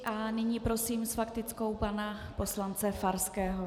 A nyní prosím s faktickou pana poslance Farského.